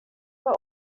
were